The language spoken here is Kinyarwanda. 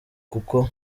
kuko